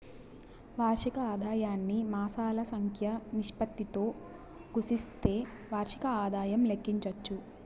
వార్షిక ఆదాయాన్ని మాసాల సంఖ్య నిష్పత్తితో గుస్తిస్తే వార్షిక ఆదాయం లెక్కించచ్చు